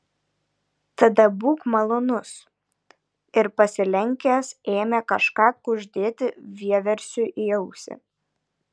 tada būk malonus ir pasilenkęs ėmė kažką kuždėti vieversiui į ausį